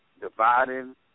dividing